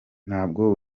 ntabwo